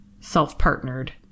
self-partnered